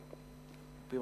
בבקשה.